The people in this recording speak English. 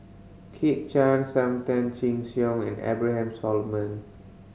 Kit Chan Sam Tan Chin Siong and Abraham Solomon